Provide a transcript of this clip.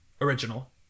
original